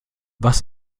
was